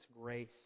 grace